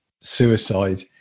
suicide